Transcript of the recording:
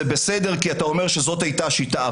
זה בסדר כי אתה אומר שזו הייתה השיטה,